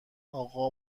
اقا